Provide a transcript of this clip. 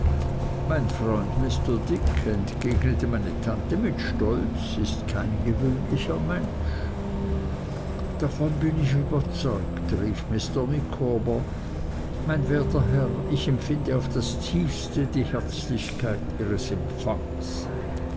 mein freund mr dick entgegnete meine tante mit stolz ist kein gewöhnlicher mensch davon bin ich überzeugt rief mr micawber mein werter herr ich empfinde auf das tiefste die herzlichkeit ihres empfangs